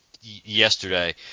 yesterday